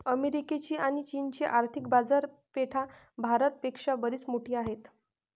अमेरिकेची आणी चीनची आर्थिक बाजारपेठा भारत पेक्षा बरीच मोठी आहेत